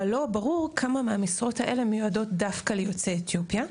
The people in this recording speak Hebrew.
אבל לא ברור כמה מהמשרות האלה מיועדות דווקא ליוצאי אתיופיה,